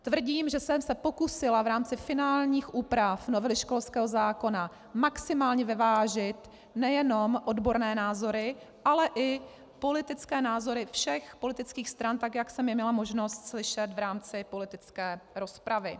Tvrdím, že jsem se pokusila v rámci finálních úprav novely školského zákona maximálně vyvážit nejenom odborné názory, ale i politické názory všech politických stran, tak jak jsem je měla možnost slyšet v rámci politické rozpravy.